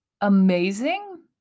amazing